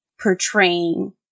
portraying